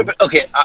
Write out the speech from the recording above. Okay